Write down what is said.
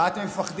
ממה אתם מפחדים,